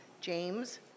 James